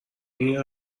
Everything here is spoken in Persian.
این